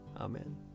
Amen